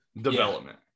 development